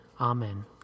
Amen